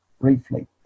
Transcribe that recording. briefly